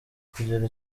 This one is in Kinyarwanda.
kugira